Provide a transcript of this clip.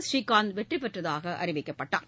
Srikanth வெற்றிபெற்றதாகஅறிவிக்கப்பட்டார்